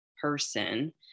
person